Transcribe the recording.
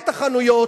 את החנויות,